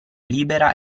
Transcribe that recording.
libera